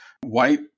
white